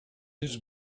his